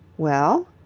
well?